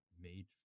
made